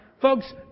folks